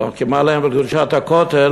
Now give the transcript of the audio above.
כי מה להם ולקדושת הכותל,